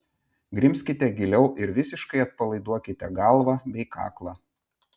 grimzkite giliau ir visiškai atpalaiduokite galvą bei kaklą